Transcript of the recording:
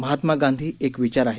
महात्मा गांधी एक विचार आहे